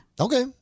Okay